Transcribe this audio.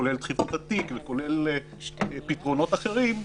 כולל דחיפות התיק ופתרונות אחרים,